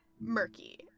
murky